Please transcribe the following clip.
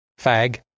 Fag